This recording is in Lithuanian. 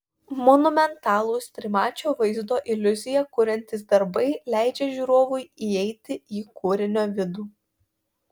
monumentalūs trimačio vaizdo iliuziją kuriantys darbai leidžia žiūrovui įeiti į kūrinio vidų